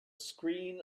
screen